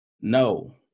no